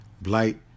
blight